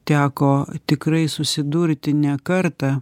teko tikrai susidurti ne kartą